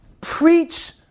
Preach